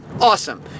Awesome